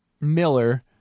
Miller